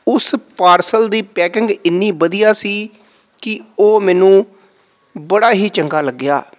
ਉਸ ਪਾਰਸਲ ਦੀ ਪੈਕਿੰਗ ਇੰਨੀ ਵਧੀਆ ਸੀ ਕਿ ਉਹ ਮੈਨੂੰ ਬੜਾ ਹੀ ਚੰਗਾ ਲੱਗਿਆ